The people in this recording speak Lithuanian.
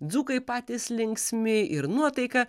dzūkai patys linksmi ir nuotaika